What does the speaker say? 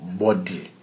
body